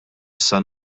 issa